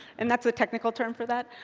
and that's the technical term for that.